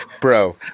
bro